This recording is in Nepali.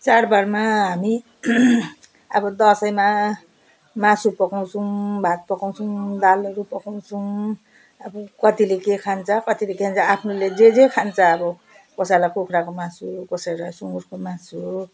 चाडबाडमा हामी अब दसैँमा मासु पकाउँछौँ भात पकाउँछौँ दालहरू पकाउँछौँ अब कतिले के खान्छ कतिले के खान्छ आफूले जे जे खान्छा अब कसैलाई कुखुराको मासु कसैलाई सुँगुरको मासु